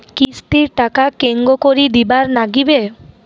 কিস্তির টাকা কেঙ্গকরি দিবার নাগীবে?